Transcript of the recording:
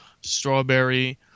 Strawberry